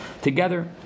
together